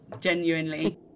genuinely